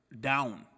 down